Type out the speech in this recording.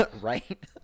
Right